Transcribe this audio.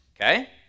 Okay